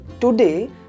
today